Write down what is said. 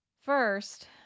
first